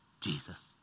Jesus